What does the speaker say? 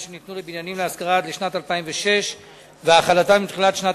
שניתנו לבניינים להשכרה עד לשנת 2006 והחלתן מתחילת שנת